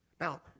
Now